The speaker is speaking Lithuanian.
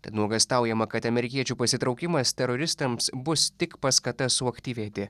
tad nuogąstaujama kad amerikiečių pasitraukimas teroristams bus tik paskata suaktyvėti